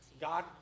God